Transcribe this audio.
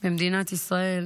במדינת ישראל